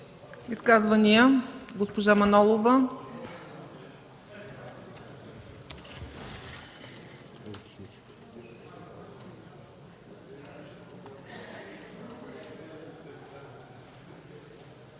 Изказвания? Госпожа Манолова.